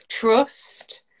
Trust